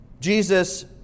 Jesus